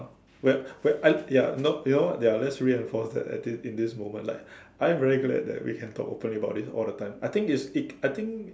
well well I ya you know you know what ya let's reinforce that at this in this moment like I am very glad that we can talk openly about this all the time I think it's it I think